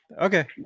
Okay